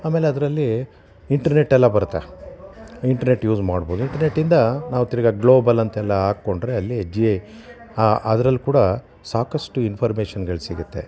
ಆಮೇಲೆ ಅದರಲ್ಲಿ ಇಂಟರ್ನೆಟ್ ಎಲ್ಲ ಬರುತ್ತೆ ಇಂಟರ್ನೆಟ್ ಯೂಸ್ ಮಾಡ್ಬೋದು ಇಂಟರ್ನೆಟಿಂದ ನಾವು ತಿರುಗಾ ಗ್ಲೋಬಲ್ ಅಂತೆಲ್ಲ ಹಾಕಿಕೊಂಡರೆ ಅಲ್ಲಿ ಜಿ ಅದ್ರಲ್ಲಿ ಕೂಡ ಸಾಕಷ್ಟು ಇನ್ಫಾರ್ಮೇಷನ್ಗಳು ಸಿಗುತ್ತೆ